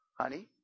honey